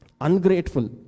ungrateful